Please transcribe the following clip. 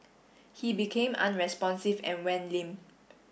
he became unresponsive and went limp